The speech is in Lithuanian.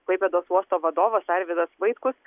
klaipėdos uosto vadovas arvydas vaitkus